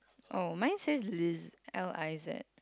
oh mine says liz L I Z